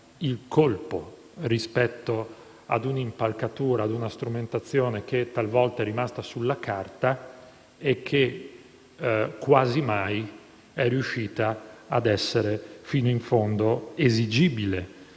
il colpo rispetto a un'impalcatura e a una strumentazione che talvolta è rimasta sulla carta e che, quasi mai, è riuscita ad essere fino in fondo esigibile